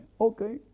Okay